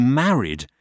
married